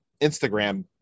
Instagram